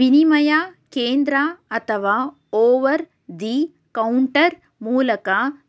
ವಿನಿಮಯ ಕೇಂದ್ರ ಅಥವಾ ಓವರ್ ದಿ ಕೌಂಟರ್ ಮೂಲಕ